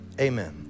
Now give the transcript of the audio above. Amen